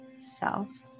self